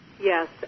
Yes